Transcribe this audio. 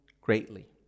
greatly